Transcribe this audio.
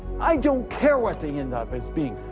i don't care what they end up as being.